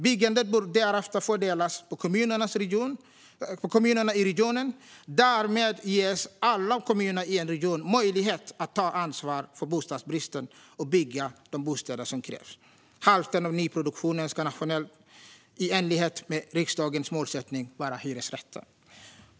Byggandet bör därefter fördelas på kommunerna i regionen. Därmed ges alla kommuner i en region möjlighet att ta ansvar för bostadsbristen och bygga de bostäder som krävs. Hälften av nyproduktionen nationellt ska, i enlighet med riksdagens målsättning, vara hyresrätter.